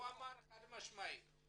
הוא אמר חד משמעית.